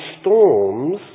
storms